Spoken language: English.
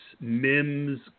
Mims